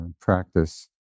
practice